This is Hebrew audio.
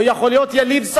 או יכול להיות יליד,